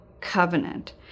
Covenant